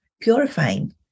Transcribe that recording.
purifying